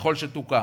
ככל שתוקם.